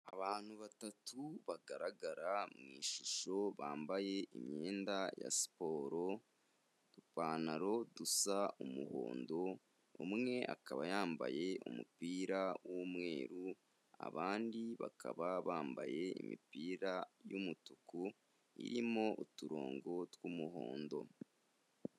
Abantu batatu bagaragara mu ishusho bambaye imyenda ya siporo Udupantaro dusa umuhondo umwe akaba yambaye umupira w'umweru abandi bakaba bambaye imipira y'umutuku irimo uturongo tw'umuhondo.